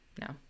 no